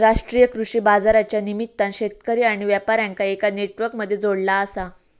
राष्ट्रीय कृषि बाजारच्या निमित्तान शेतकरी आणि व्यापार्यांका एका नेटवर्क मध्ये जोडला आसा